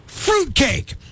Fruitcake